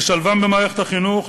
לשלבם במערכת החינוך,